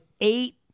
eight